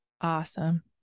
Awesome